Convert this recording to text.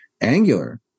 angular